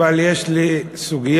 אבל יש לי סוגיה,